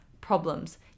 problems